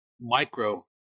micro